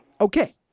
Okay